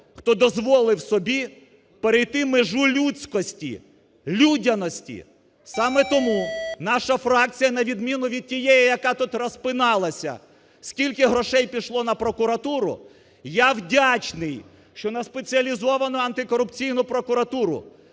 хто дозволив собі перейти межу людськості, людяності. Саме тому наша фракція над відміну від тієї, яка тут розпиналася, скільки грошей пішло на прокуратуру, я вдячний, що на Спеціалізовану антикорупційну прокуратуру